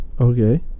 Okay